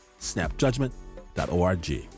snapjudgment.org